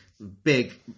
Big